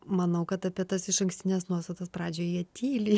manau kad apie tas išankstines nuostatas pradžioj jie tyli